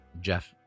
jeff